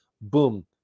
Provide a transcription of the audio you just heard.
Boom